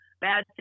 bad